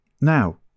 now